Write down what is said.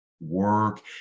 work